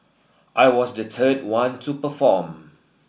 I was the third one to perform